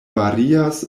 varias